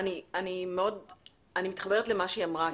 אני מתחברת למה שהיא אמרה.